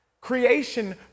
Creation